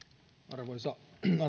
arvoisa